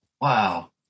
Wow